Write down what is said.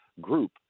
group